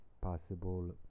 possible